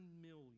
million